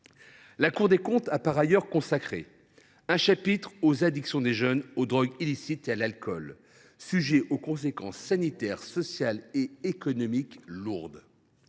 La Cour des comptes, par ailleurs, a consacré un chapitre aux addictions des jeunes aux drogues illicites et à l’alcool, addictions dont les conséquences sanitaires, sociales et économiques sont lourdes.